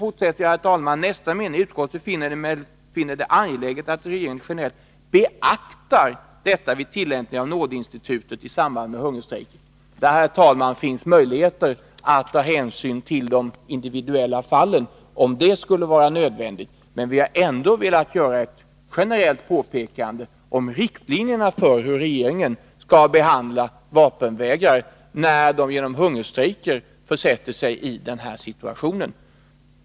Utskottet finner det angeläget att regeringen generellt beaktar” — jag understryker: 29 beaktar — ”detta vid tillämpning av nådeinstitutet i samband med hungerstrejker.” Det finns, herr talman, möjlighet att ta hänsyn till de individuella fallen, om det skulle vara nödvändigt. Men vi har ändå velat göra ett generellt påpekande om riktlinjerna för hur regeringen skall behandla vapenvägrare, när de genom hungerstrejker försätter sig i denna situation.